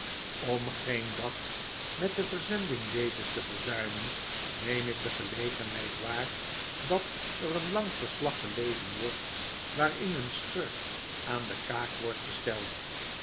om geen dag met de verzending dezes te verzuimen neem ik de gelegenheid waar dat er een lang verslag gelezen wordt waarin een schurk aan de kaak wordt gesteld